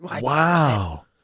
Wow